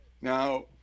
Now